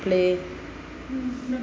play